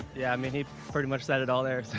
yeah i mean he pretty much said it all there.